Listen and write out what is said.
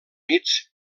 units